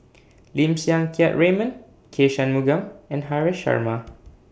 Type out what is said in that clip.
Lim Siang Keat Raymond K Shanmugam and Haresh Sharma